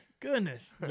goodness